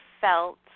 felt